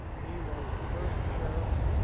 he was the first sheriff.